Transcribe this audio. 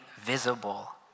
visible